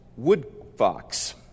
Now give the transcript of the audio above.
Woodfox